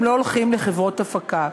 הם לא הולכים לחברות הפקה.